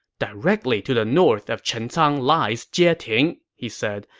directly to the north of chencang lies jieting, he said,